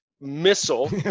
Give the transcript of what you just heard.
missile